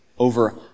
over